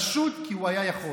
פשוט כי הוא היה יכול.